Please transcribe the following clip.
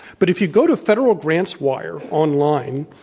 but if you go to federal grants wire online,